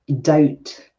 doubt